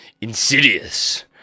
Insidious